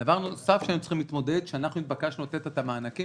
דבר נוסף שהיינו צריכים להתמודד אתו כשאנחנו נתבקשנו לתת את המענקים,